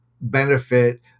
benefit